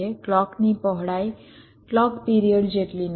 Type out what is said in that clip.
ક્લૉકની પહોળાઈ clock period જેટલી નથી